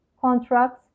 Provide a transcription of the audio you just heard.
contracts